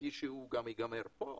כפי שהוא גם ייגמר פה,